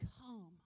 come